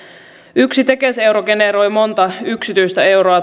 yksi tekes euro generoi monta yksityistä euroa